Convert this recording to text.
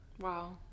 Wow